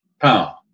power